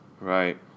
Right